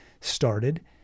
started